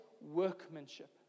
workmanship